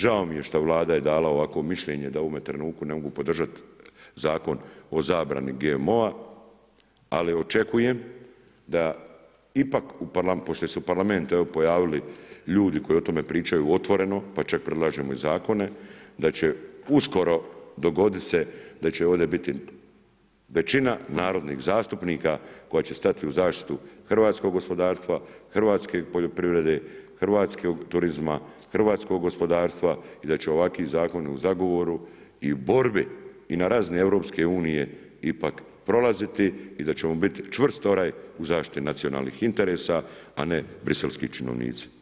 Žao mi je što Vlada je dala ovakvo mišljenje da u ovome trenutku ne mogu podržati Zakon o zabrani GMO-a, ali očekujem da ipak u, pošto se u parlamentu evo pojavili ljudi koji o tome pričaju otvoreno, pa čak predlažemo i zakone, da će uskoro dogoditi se da će ovdje biti većina narodnih zastupnika koja će stati u zaštitu hrvatskog gospodarstva, hrvatske poljoprivrede, hrvatskog turizma, hrvatskog gospodarstva i da će ovakvi zakon u zagovoru i borbi i na razini EU ipak prolaziti i da ćemo biti čvrst orah u zaštiti nacionalnih interesa, a ne briselski činovnici.